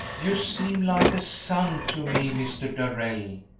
you seem like a son to me, mr. darrell,